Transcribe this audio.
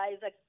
guys